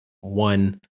one